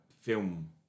film